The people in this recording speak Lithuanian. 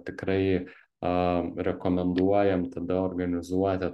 tikrai a rekomenduojam tada orgalizuoti